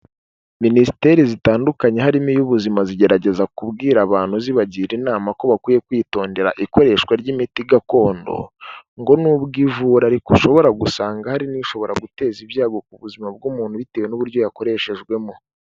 Minisiteri zitandukanye harimo iy'ubuzima zigerageza kubwira abantu zibagira inama ko bakwiye kwitondera ikoreshwa ry'imiti gakondo ngo nubwo ivura ariko ushobora gusanga hari n'ishobora guteza ibyago ku buzima bw'umuntu bitewe n'uburyo yakoreshejwemo.